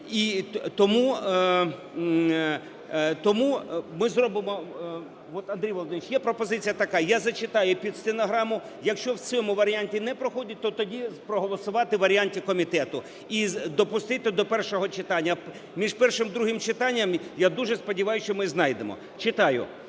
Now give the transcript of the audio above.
І тому ми зробимо, Андрію Володимировичу, є пропозиція така, я зачитаю під стенограму. Якщо в цьому варіанті не проходить, то тоді проголосувати у варіанті комітету і допустити до першого читання. Між першим і другим читаннями я дуже сподіваюся, що ми знайдемо. Читаю.